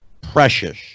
precious